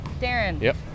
Darren